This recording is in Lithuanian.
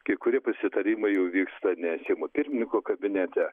kai kurie pasitarimai jau vyksta ne seimo pirmininko kabinete